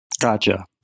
Gotcha